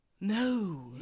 No